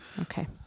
Okay